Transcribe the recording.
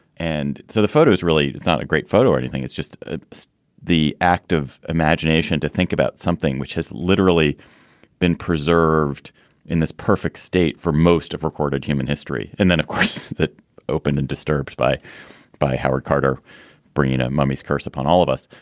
and so the photos really it's not a great photo or anything. it's just ah the active imagination to think about something which has literally been preserved in this perfect state for most of recorded human history. and then, of course, that opened and disturbed by by howard carter bringing the ah mummy's curse upon all of us.